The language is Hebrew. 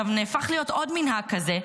נהפך להיות עוד מנהג כזה,